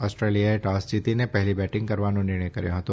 ઓસ્ટ્રેલિયાએ toss જીતીને પહેલાં batting કરવાનો નિર્ણય કર્યો હતો